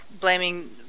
blaming